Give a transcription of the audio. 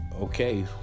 okay